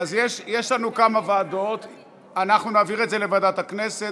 שנייה, חברת הכנסת רוזין.